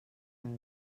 casa